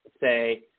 say